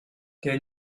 der